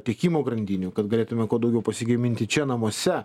tiekimo grandinių kad galėtume kuo daugiau pasigaminti čia namuose